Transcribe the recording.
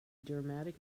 dramatic